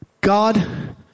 God